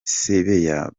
sebeya